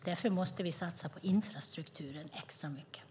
Därför måste vi satsa extra mycket på infrastrukturen.